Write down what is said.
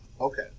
Okay